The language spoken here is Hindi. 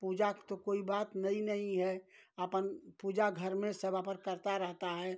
पूजा तो कोई बात नई नहीं है अपन पूजा घर में सब अपन करता रहता है